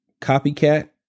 copycat